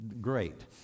great